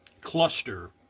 cluster